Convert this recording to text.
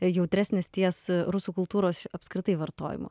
jautresnis ties rusų kultūros apskritai vartojimu